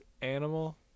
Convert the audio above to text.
animal